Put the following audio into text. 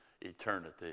eternity